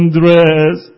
dress